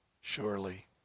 surely